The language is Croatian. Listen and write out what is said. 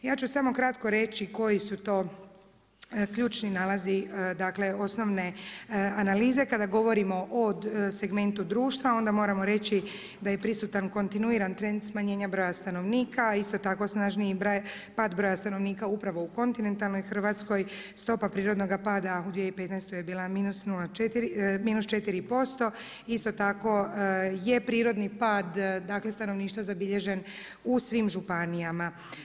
Ja ću samo kratko reći koji su to ključni nalazi, dakle, osnovne analize kada govorimo o segmentu društva, onda moramo reći da je prisutan kontinuirani trend smanjenja broja stanovnika, isto tako snažniji pad broja stanovnika upravo u kontinentalnoj Hrvatskoj, stopa prirodnoga pada u 2015. je bilo -4%, isto tako je prirodni pad stanovništva zabilježen u svim županijama.